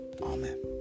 Amen